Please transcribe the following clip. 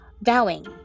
vowing